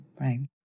right